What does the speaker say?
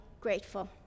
grateful